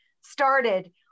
started